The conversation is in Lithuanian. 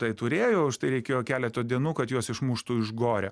tai turėjo už tai reikėjo keleto dienų kad juos išmuštų iš gorio